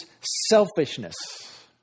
selfishness